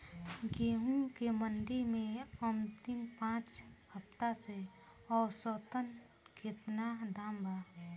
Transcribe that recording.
गेंहू के मंडी मे अंतिम पाँच हफ्ता से औसतन केतना दाम बा?